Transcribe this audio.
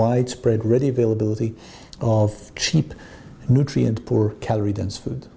widespread ready availability of cheap nutrient poor calorie dense food